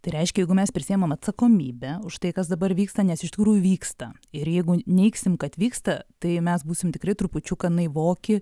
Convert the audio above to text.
tai reiškia jeigu mes prisiemam atsakomybę už tai kas dabar vyksta nes iš tikrųjų vyksta ir jeigu neigsim kad vyksta tai mes būsim tikri trupučiuką naivoki